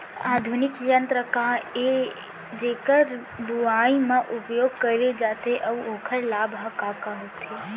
आधुनिक यंत्र का ए जेकर बुवाई म उपयोग करे जाथे अऊ ओखर लाभ ह का का होथे?